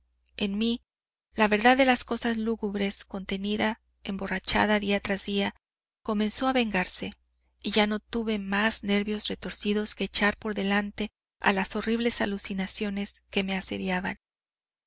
mí la verdad de las cosas lúgubres contenida emborrachada día tras día comenzó a vengarse y ya no tuve más nervios retorcidos que echar por delante a las horribles alucinaciones que me asediaban